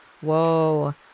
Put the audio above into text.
Whoa